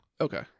Okay